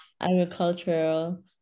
agricultural